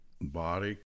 body